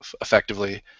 effectively